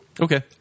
Okay